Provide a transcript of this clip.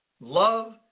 love